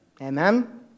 Amen